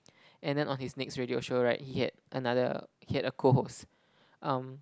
and then on his next radio show right he had another he had a cohost um